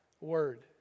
Word